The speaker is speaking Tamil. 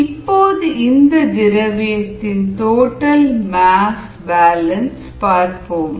இப்போது இந்த திரவியத்தின் டோட்டல் மாஸ் பேலன்ஸ் பார்ப்போம்